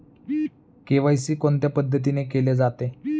KYC कोणत्या पद्धतीने केले जाते?